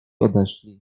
odeszli